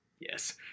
Yes